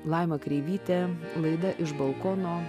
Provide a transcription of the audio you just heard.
laima kreivytė laida iš balkono